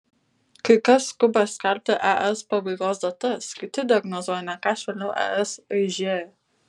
kai kas skuba skelbti es pabaigos datas kiti diagnozuoja ne ką švelniau es aižėja